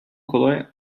kolay